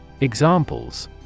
Examples